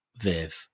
viv